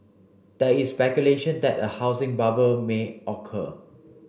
there is speculation that a housing bubble may occur